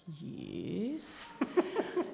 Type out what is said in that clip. yes